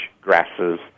grasses